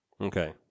Okay